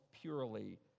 purely